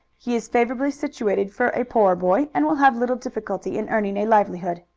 he is favorably situated for a poor boy, and will have little difficulty in earning a livelihood.